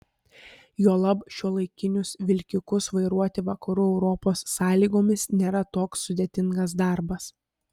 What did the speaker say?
juolab šiuolaikinius vilkikus vairuoti vakarų europos sąlygomis nėra toks sudėtingas darbas